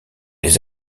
les